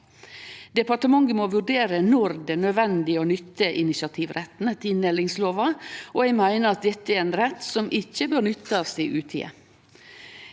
Departementet må vurdere når det er nødvendig å nytte initiativretten etter inndelingslova, og eg meiner dette er ein rett som ikkje bør nyttast i